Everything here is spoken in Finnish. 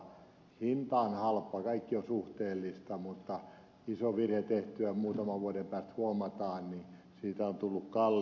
hinta on halpa kaikki on suhteellista mutta kun tehty iso virhe muutaman vuoden päästä huomataan siitä on tullut kallis säästö